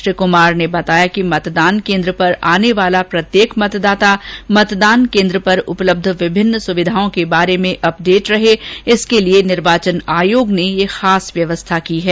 श्री कुमार ने बताया कि मतदान केंद्र पर आने वाला प्रत्येक मतदाता मतदान केन्द्र पर उपलब्ध विभिन्न सुविधाओं के बारे में अपडेट रहे इसके लिए निर्वाचन आयोग ने ये खास व्यवस्था की है